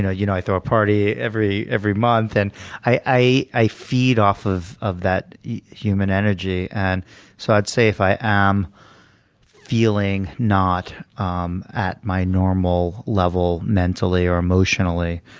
ah you know i throw a party every every month. and i i feed off of of that human energy. and so i would say if i am feeling not um at my normal level mentally or emotionally,